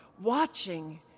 watching